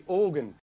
organ